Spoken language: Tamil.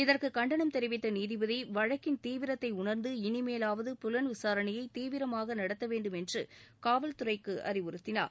இதற்கு கண்டனம் தெரிவித்த நீதிபதி வழக்கின் தீவிரத்தை உணர்ந்து இனிமேலாவது புலன் விசாரணையை தீவிரவமாக நடத்த வேண்டும் என்று காவல்துறைக்கு அறிவுறுத்தினார்